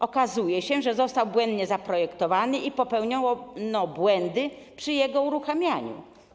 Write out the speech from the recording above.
Okazuje się, że został błędnie zaprojektowany i popełniono błędy przy jego uruchamianiu.